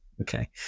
Okay